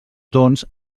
doncs